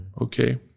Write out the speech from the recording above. Okay